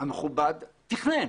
המכובד תכנן